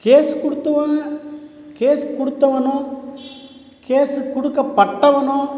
case கொடுத்தவன் case கொடுத்தவனும் case கொடுக்கப்பட்டவனும்